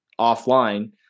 offline